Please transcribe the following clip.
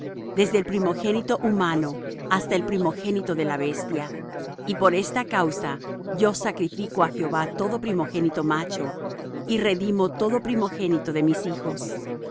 desde el primogénito humano hasta el primogénito de la bestia y por esta causa yo sacrifico á jehová todo primogénito macho y redimo todo primogénito de mis hijos